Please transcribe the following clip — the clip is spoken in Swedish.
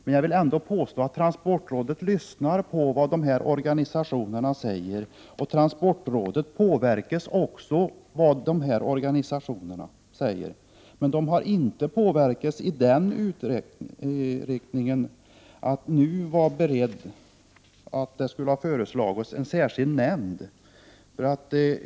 Men jag vill ändå påstå att transportrådet lyssnar till vad dessa organisationer säger och att transportrådet också påverkas av vad de säger. Men transportrådet har inte påverkats i den riktningen att man nu är beredd att förorda en särskild nämnd.